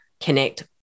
connect